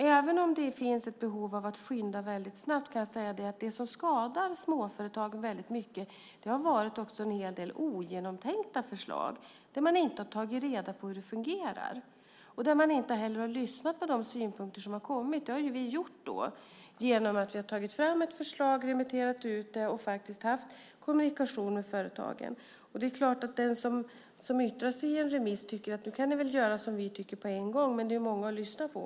Även om det finns ett behov av att skynda väldigt snabbt kan jag säga att det som också har skadat småföretagen väldigt mycket har varit en hel del ogenomtänkta förslag där man inte har tagit reda på hur det fungerar och där man inte heller har lyssnat på de synpunkter som har kommit. Det har vi gjort genom att vi har tagit fram ett förslag, remitterat ut det och faktiskt haft kommunikation med företagen. Det är klart att de som yttrar sig i en remissomgång tycker att vi kan göra som de tycker på en gång. Men det är många att lyssna på.